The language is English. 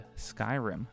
Skyrim